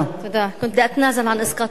(אומרת בשפה הערבית: